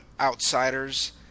outsiders